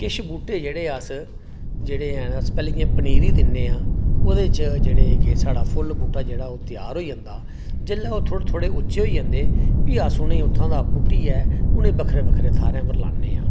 केश बूह्टे जेह्ड़े अस जेह्ड़े अस पैह्ले इ'यां पनीरी दिन्नें आं ओह्दे च जेह्ड़े के साढ़ा फुल्ल बूह्टा जेह्ड़ा ओह् त्यार होई जंदा जेल्लै ओह् थोह्ड़े थोह्ड़े उच्चे होई जंदे फ्ही अस उ'नेंगी उत्थों दा पुट्टियै उ'नेंई बक्खरे बक्खरे थाह्रै पर लान्ने आं